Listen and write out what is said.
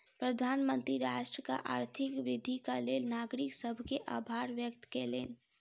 प्रधानमंत्री राष्ट्रक आर्थिक वृद्धिक लेल नागरिक सभ के आभार व्यक्त कयलैन